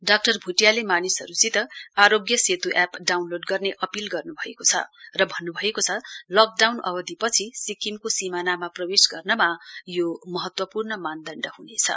doctor भुटियाले मानिहरूसित Aarogya Setu app download गर्ने अपील गर्नुभएको छ भन्नुभएको छ लकडाउन अवधिपछि सिक्किमको सीमानामा प्रवेश गर्नमा यो महत्वपूर्ण मानदण्ड हुनेछ